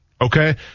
okay